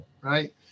right